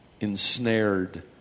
ensnared